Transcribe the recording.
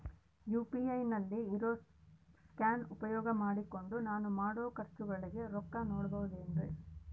UPI ನಲ್ಲಿ ಇರೋ scan ಉಪಯೋಗ ಮಾಡಿಕೊಂಡು ನಾನು ಮಾಡೋ ಖರ್ಚುಗಳಿಗೆ ರೊಕ್ಕ ನೇಡಬಹುದೇನ್ರಿ?